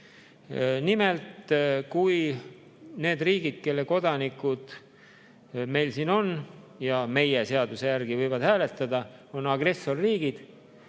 Nimelt, kui need riigid, kelle kodanikud meil siin on ja meie seaduse järgi võivad hääletada, on agressorriigid,